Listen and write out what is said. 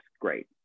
great